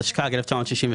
התשכ"ג-1963.